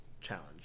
challenge